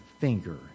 finger